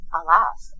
alas